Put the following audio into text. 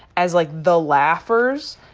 as like the laughers,